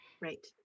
right